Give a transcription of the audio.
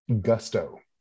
gusto